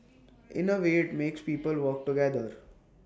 in A way IT makes people work together